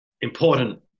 important